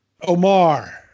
Omar